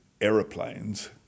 aeroplanes